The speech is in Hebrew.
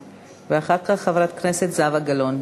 ואחריה, חברת הכנסת זהבה גלאון.